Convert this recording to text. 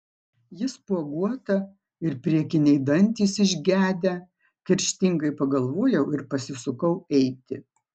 ji spuoguota ir priekiniai dantys išgedę kerštingai pagalvojau ir pasisukau eiti